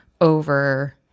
over